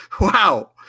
Wow